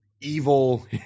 evil